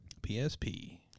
PSP